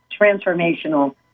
transformational